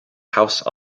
house